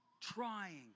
trying